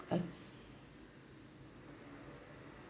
oh